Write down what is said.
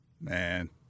Man